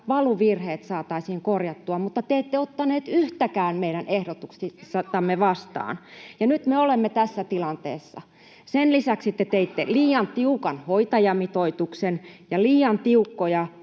valuvirheet saataisiin korjattua, mutta te ette ottaneet yhtäkään meidän ehdotuksistamme vastaan, [Jenna Simula: Eli mokasitte!] ja nyt me olemme tässä tilanteessa. Sen lisäksi te teitte liian tiukan hoitajamitoituksen ja liian tiukkoja